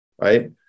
right